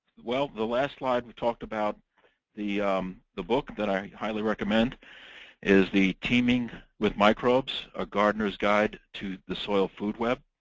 the last slide we talked about the the book that i highly recommend is the teaming with microbes, a gardener's guide to the soil food web.